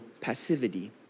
passivity